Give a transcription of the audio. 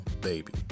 baby